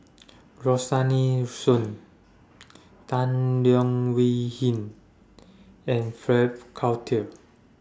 Rosaline Soon Tan Leo Wee Hin and Frank Cloutier